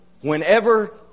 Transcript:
Whenever